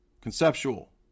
conceptual